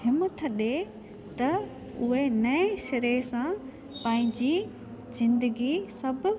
हिमथ ॾे त उहे नएं शिरे सां पंहिंजी ज़िंदगी सभु